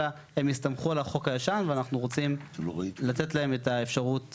אלא הם יסתמכו על החוק הישן ואנחנו רוצים לתת להם את האפשרות